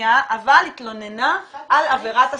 אבל התלוננה על עבירת הסימום?